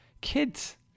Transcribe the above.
kids